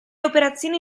operazioni